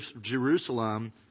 Jerusalem